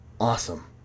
Awesome